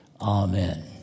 Amen